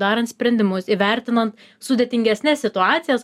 darant sprendimus įvertinan sudėtingesnes situacijas